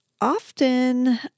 often